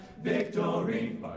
victory